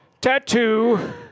Tattoo